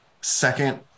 second